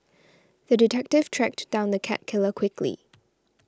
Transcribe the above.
the detective tracked down the cat killer quickly